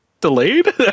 delayed